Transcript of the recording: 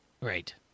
Right